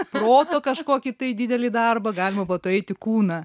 proto kažkokį tai didelį darbą galima po to eit į kūną